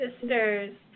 sisters